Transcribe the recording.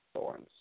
thorns